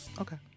Okay